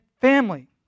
family